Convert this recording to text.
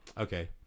okay